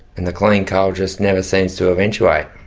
and the clean coal just never seems to eventuate.